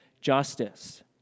justice